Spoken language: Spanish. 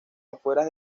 afueras